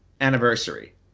anniversary